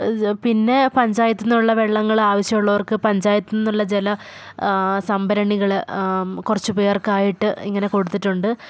പിന്നെ പഞ്ചായത്തിൽനിന്നുള്ള വെള്ളങ്ങൾ ആവശ്യമുള്ളവർക്ക് പഞ്ചായത്തിൽനിന്നുള്ള ജല സംഭരണികൾ കുറച്ച് പേർക്കായിട്ട് ഇങ്ങനെ കൊടുത്തിട്ടുണ്ട്